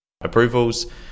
approvals